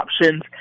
options